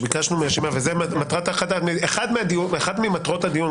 אחת ממטרות הדיון,